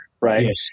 right